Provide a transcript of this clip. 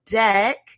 deck